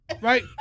Right